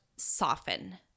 soften